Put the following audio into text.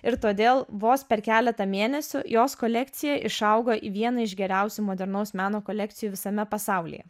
ir todėl vos per keletą mėnesių jos kolekcija išaugo į vieną iš geriausių modernaus meno kolekcijų visame pasaulyje